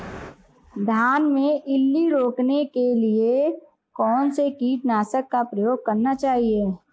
धान में इल्ली रोकने के लिए कौनसे कीटनाशक का प्रयोग करना चाहिए?